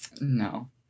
No